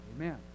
Amen